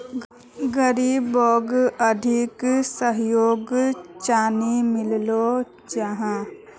गरीबोक आर्थिक सहयोग चानी मिलोहो जाहा?